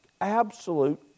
absolute